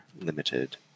limited